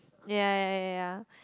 ya ya ya